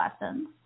lessons